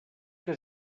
que